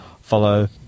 follow